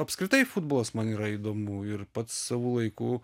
apskritai futbolas man yra įdomu ir pats savo laiku